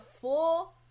full